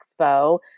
Expo